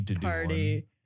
party